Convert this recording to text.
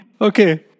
okay